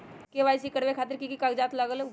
KYC करवे खातीर के के कागजात चाहलु?